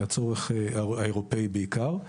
לצורך האירופאי בעיקר.